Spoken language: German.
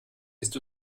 ist